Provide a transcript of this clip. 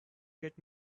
gets